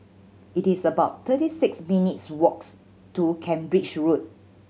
it is about thirty six minutes walks to Cambridge Road